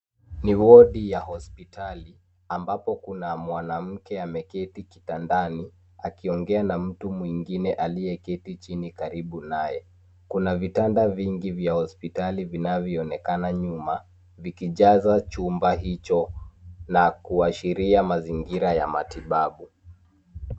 Ni wodi ya hospitali, ambapo kuna mwanamke ameketi kitandani, akiongea na mtu mwingine aliyeketi chini karibu naye. Kuna vitanda vingi vya hospitali vinavyo onekana nyuma, vikijaza chumba hicho na kuashiria mazingira ya matibabu.